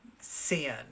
sin